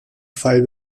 fall